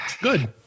Good